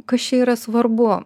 kas čia yra svarbu